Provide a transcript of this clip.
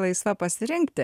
laisva pasirinkti